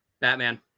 Batman